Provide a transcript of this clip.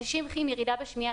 אנשים עם ירידה בשמיעה,